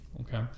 Okay